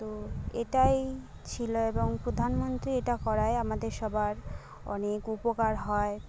তো এটাই ছিলো এবং প্রধানমন্ত্রী এটা করায় আমাদের সবার অনেক উপকার হয়